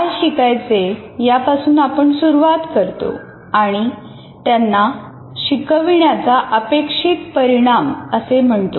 काय शिकायचे यापासून आपण सुरुवात करतो आणि त्यांना शिकविण्याचा अपेक्षित परिणाम असे म्हणतो